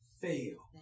fail